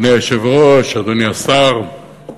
אדוני היושב-ראש, אדוני השר,